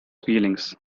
feelings